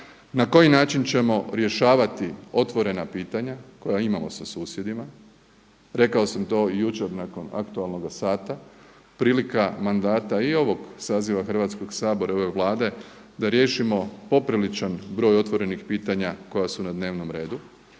na koji način ćemo rješavati otvorena pitanja koja imamo sa susjedima? Rekao sam to i jučer nakon aktualnoga sata prilika mandata i ovog saziva Hrvatskog sabora i ove Vlade da riješimo popriličan broj otvorenih pitanja koja su na dnevnom redu,